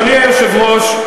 אדוני היושב-ראש,